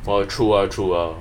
for uh true ah true ah